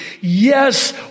yes